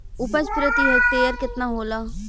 उपज प्रति हेक्टेयर केतना होला?